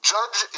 Judge